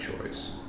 choice